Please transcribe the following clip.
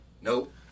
Nope